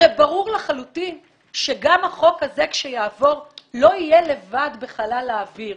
הרי ברור לחלוטין שגם החוק הזה כשיעבור לא יהיה לבד בחלל האוויר.